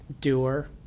doer